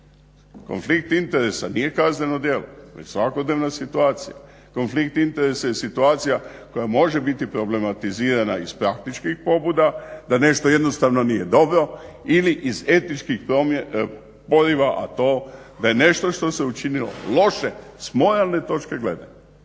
Konflikt interesa nije kazneno djelo već svakodnevna situacija. Konflikt interesa je situacija koja može biti problematizirana iz praktičkih pobuda da nešto jednostavno nije dobro ili iz etičkih poriva a to da je nešto što se učinilo loše sa moralne točke gledanja.